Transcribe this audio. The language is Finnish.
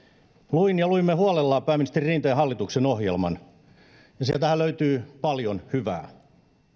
luin ja luimme huolella pääministeri rinteen hallituksen ohjelman ja sieltähän löytyy paljon hyvää